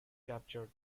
captured